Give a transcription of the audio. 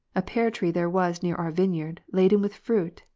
a pear tree there was near our vineyard, laden with fruit,